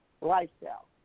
lifestyle